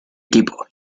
equipo